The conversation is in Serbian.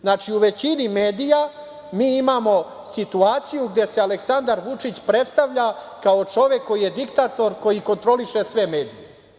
Znači, u većini medija mi imamo situaciju gde se Aleksandar Vučić predstavlja kao čovek koji je diktator, koji kontroliše sve medije.